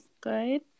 good